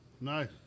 Nice